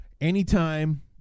anytime